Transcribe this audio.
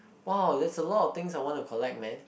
!wow! there's a lot of things I want to collect man